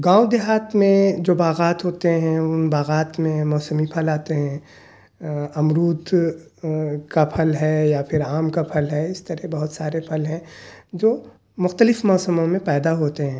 گاؤں دیہات میں جو باغات ہوتے ہیں ان باغات میں موسمی پھل آتے ہیں امرود کا پھل ہے یا پھر آم کا پھل ہے اس طرح بہت سارے پھل ہیں جو مختلف موسموں میں پیدا ہوتے ہیں